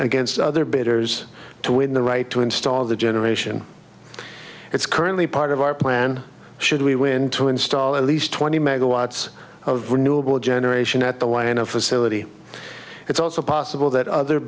against other bidders to win the right to install the generation it's currently part of our plan should we win to install at least twenty megawatts of renewable generation at the y in a facility it's also possible that other